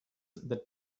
that